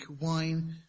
wine